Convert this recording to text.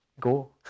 go